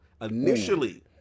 Initially